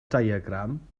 diagram